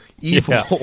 evil